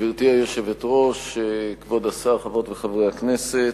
גברתי היושבת-ראש, כבוד השר, חברות וחברי הכנסת,